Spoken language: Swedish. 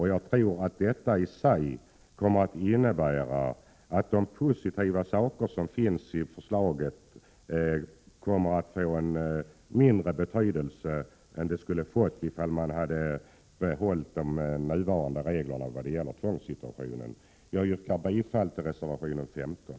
Jag tror att detta i sig kommer att innebära att de positiva inslag som finns i förslaget får en mindre betydelse än de skulle ha fått om man behållit de nuvarande reglerna när det gäller tvångsvård. Jag yrkar bifall till reservation 15.